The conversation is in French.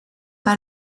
pas